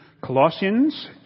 Colossians